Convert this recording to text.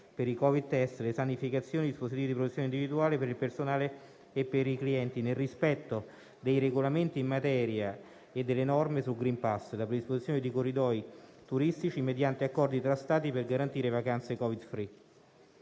per i Covid-test, le sanificazioni, i dispositivi di protezione individuale per il personale e per i clienti, nel rispetto dei Regolamenti in materia e delle norme sul *green pass*, la predisposizione di corridoi turistici, mediante accordi tra Stati, per garantire vacanze *Covid free*.